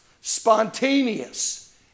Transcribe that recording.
spontaneous